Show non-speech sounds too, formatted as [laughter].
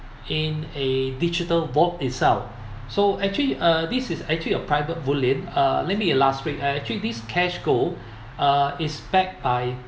in a digital box itself so actually uh this is actually a private bullion uh let me illustrate uh actually these cash gold [breath] uh is backed by